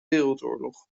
wereldoorlog